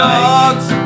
dogs